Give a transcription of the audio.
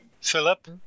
Philip